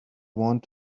want